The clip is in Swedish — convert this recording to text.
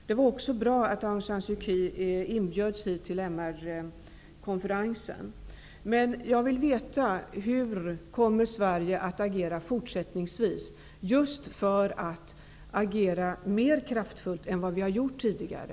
Det var också bra att Men jag vill veta hur Sverige kommer att agera fortsättningsvis, just för att vi skall kunna agera mer kraftfullt än vi har gjort tidigare.